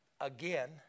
Again